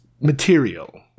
material